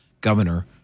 governor